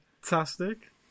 Fantastic